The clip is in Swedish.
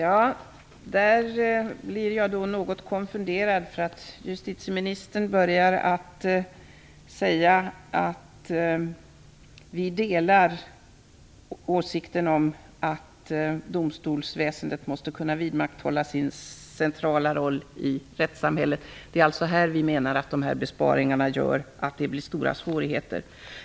Herr talman! Jag blev något konfunderad när justitieministern började med att säga att vi delar åsikten att domstolsväsendet måste kunna vidmakthålla sin centrala roll i rättssamhället. Det är alltså här vi menar att besparingarna gör att det blir stora svårigheter.